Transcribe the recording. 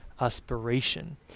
aspiration